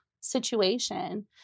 situation